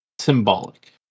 symbolic